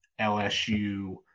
LSU